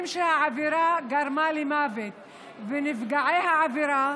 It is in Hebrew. שבהם העבירה גרמה למוות ונפגעי העבירה,